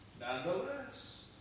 Nonetheless